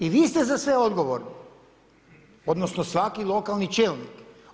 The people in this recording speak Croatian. I vi ste za sve odgovorni odnosno svaki lokalni čelnik.